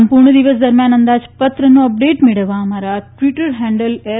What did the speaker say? સંપૂર્ણ દિવસ દરમિથાન અંદાજપત્રનો અપડેટ મેળવવા અમારા ટ્વીટર હેન્ડલ એર